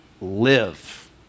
live